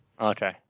Okay